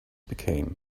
became